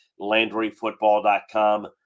LandryFootball.com